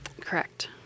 Correct